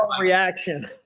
reaction